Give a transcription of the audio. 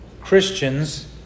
Christians